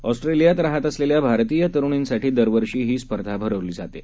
ऑस्ट्रेलियात राहत असलेल्या भारतीय तरूणींसाठी दरवर्षी ही स्पर्धा भरवली जाते